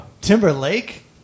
Timberlake